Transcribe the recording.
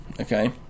Okay